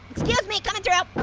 excuse me, coming through.